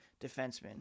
defenseman